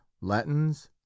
latins